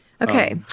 okay